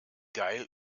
geil